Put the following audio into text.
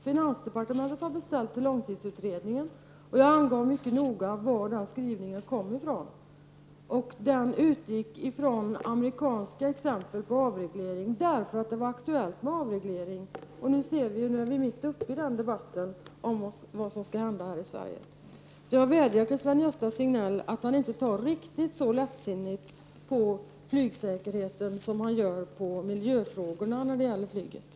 Finansdepartementet har beställt den från långtidsutredningen. Jag angav mycket noga varifrån skrivelsen kom. Där utgick man från amerikanska exempel på avreglering därför att det nu är aktuellt med avreglering. Nu får vi se — vi är mitt uppe i den debatten — vad som skall hända här i Sverige. Jag vädjar till Sven-Gösta Signell att inte ta riktigt så lättsinnigt på flygsäkerheten som han gör i fråga om miljön.